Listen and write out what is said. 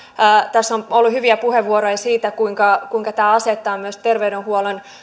tässä on ollut hyviä puheenvuoroja siitä kuinka kuinka tämä asettaa myös terveydenhuollon